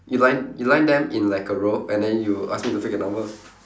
you line you line them in like a row and then you ask me to take a number